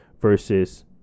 versus